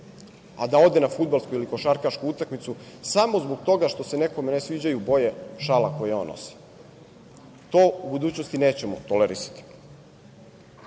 a da ode na fudbalsku ili košarkašku utakmicu samo zbog toga što se nekome ne sviđaju boje šala koji on nosi, to u budućnosti nećemo tolerisati. Ogroman